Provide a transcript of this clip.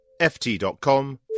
ft.com